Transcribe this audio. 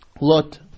Lot